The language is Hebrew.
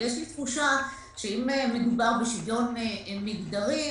יש לי תחושה שאם מדובר בשוויון מגדרי,